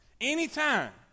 Anytime